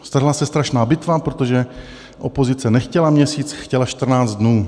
Strhla se strašná bitva, protože opozice nechtěla měsíc, chtěla 14 dnů.